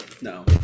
No